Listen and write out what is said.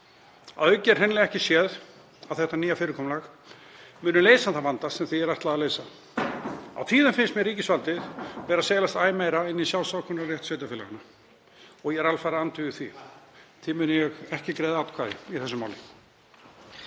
Að auki get ég hreinlega ekki séð að þetta nýja fyrirkomulag muni leysa þann vanda sem því er ætlað að leysa. Á tíðum finnst mér ríkisvaldið vera að seilast æ meira í sjálfsákvörðunarrétt sveitarfélaganna. Ég er alfarið andvígur því. Því mun ég ekki greiða atkvæði í þessu máli.